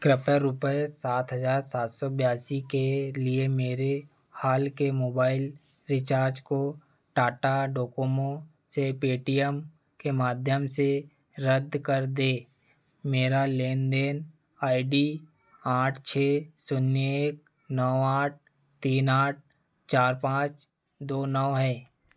कृपया सात हज़ार सात सौ बयासी के लिए मेरे हाल के मोबाइल रिचार्ज को टाटा डोकोमो से पेटीएम के माध्यम से रद्द कर दें मेरी लेनदेन आई डी आठ छः शून्य एक नौ आठ तीन आठ चार पाँच दो नौ है